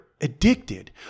addicted